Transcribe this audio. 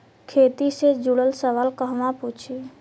खेती से जुड़ल सवाल कहवा पूछी?